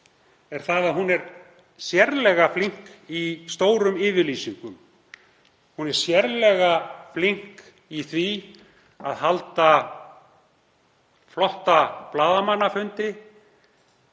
er það að hún er sérlega flink í stórum yfirlýsingum. Hún er sérlega flink í því að halda flotta blaðamannafundi,